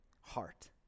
heart